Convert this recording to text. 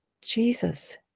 Jesus